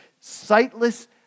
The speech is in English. Sightless